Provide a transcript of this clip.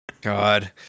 God